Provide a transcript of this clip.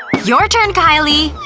your turn, kylie.